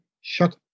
shut